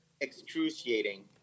excruciating